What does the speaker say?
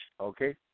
okay